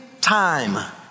time